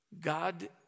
God